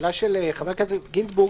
השאלה של חבר הכנסת גינזבורג.